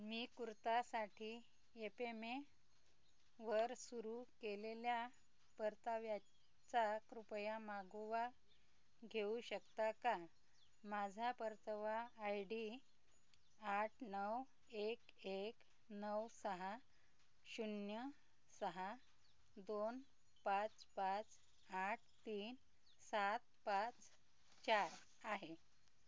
मी कुर्तासाठी यपेमेवर सुरू केलेल्या परताव्याचा कृपया मागोवा घेऊ शकता का माझा परतावा आय डी आठ नऊ एक एक नऊ सहा शून्य सहा दोन पाच पाच आठ तीन सात पाच चार आहे